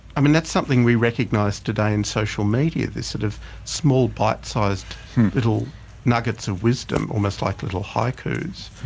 i mean, that's something we recognise today in social media, these sort of small, bite-sized little nuggets of wisdom, almost like little haikus.